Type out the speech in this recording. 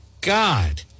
God